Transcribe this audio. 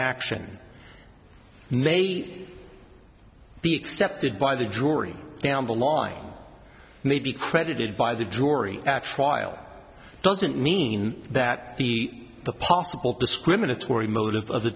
action may be accepted by the jury down the line may be credited by the drury actually doesn't mean that the possible discriminatory motive of